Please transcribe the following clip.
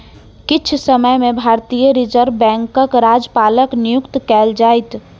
किछ समय में भारतीय रिज़र्व बैंकक राज्यपालक नियुक्ति कएल जाइत